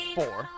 four